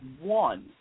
one